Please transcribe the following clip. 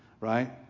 right